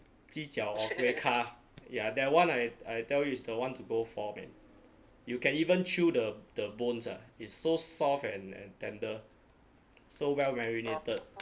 鸡脚 orh gui ka ya that one I I tell you is the one to go for man you can even chew the the bones ah is so soft and and tender so well marinated